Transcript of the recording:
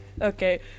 Okay